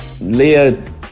Leah